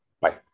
Bye